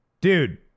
Dude